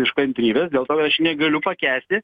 iš kantrybės dėl to aš negaliu pakęsti